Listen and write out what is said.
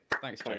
Thanks